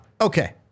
Okay